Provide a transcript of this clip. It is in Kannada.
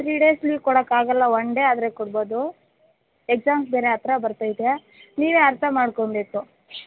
ತ್ರೀ ಡೇಸ್ ಲೀವ್ ಕೊಡೋಕ್ಕಾಗಲ್ಲ ಒನ್ ಡೇ ಆದರೆ ಕೊಡ್ಬೋದು ಎಕ್ಸಾಮ್ಸ್ ಬೇರೆ ಹತ್ರ ಬರ್ತೈತೆ ನೀವೇ ಅರ್ಥ ಮಾಡ್ಕೊಬೇಕು